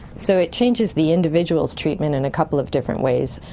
so it changes the individual's treatment in a couple of different ways,